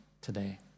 today